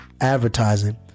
advertising